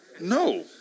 no